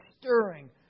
stirring